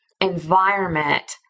environment